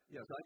Yes